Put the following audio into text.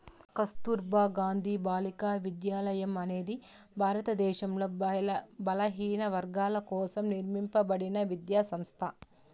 కస్తుర్బా గాంధీ బాలికా విద్యాలయ అనేది భారతదేశంలో బలహీనవర్గాల కోసం నిర్మింపబడిన విద్యా సంస్థ